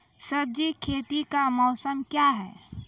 सब्जी खेती का मौसम क्या हैं?